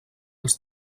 els